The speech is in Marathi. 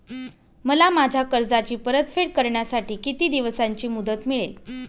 मला माझ्या कर्जाची परतफेड करण्यासाठी किती दिवसांची मुदत मिळेल?